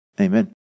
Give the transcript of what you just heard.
Amen